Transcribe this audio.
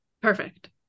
perfect